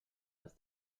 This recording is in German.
dass